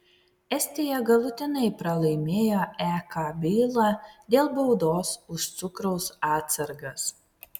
estija galutinai pralaimėjo ek bylą dėl baudos už cukraus atsargas